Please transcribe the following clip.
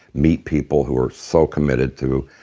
meet people who were so committed to